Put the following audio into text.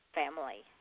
family